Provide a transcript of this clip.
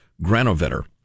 Granovetter